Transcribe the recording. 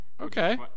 Okay